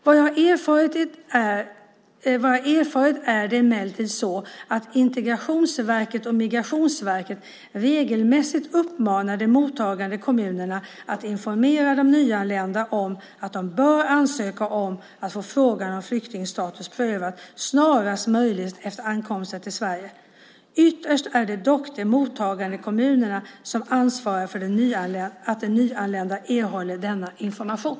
Vad jag har erfarit är det emellertid så att Integrationsverket och Migrationsverket regelmässigt uppmanar de mottagande kommunerna att informera de nyanlända om att de bör ansöka om att få frågan om flyktingstatus prövad snarast möjligt efter ankomst till Sverige. Ytterst är det dock de mottagande kommunerna som ansvarar för att de nyanlända erhåller denna information.